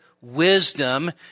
Wisdom